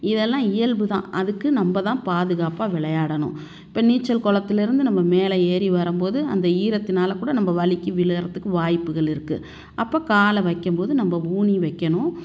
இதெல்லாம் இயல்பு தான் அதுக்கு நம்ப தான் பாதுகாப்பாக விளையாடணும் இப்போ நீச்சல் குளத்துல இருந்து நம்ப மேலே ஏறி வரும் போது அந்த ஈரத்தினால கூட நம்ப வழுக்கி விழுகுறதுக்கு வாய்ப்புகள் இருக்குது அப்போ காலை வைக்கம் போது நம்ப ஊனி வைக்கணும்